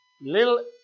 little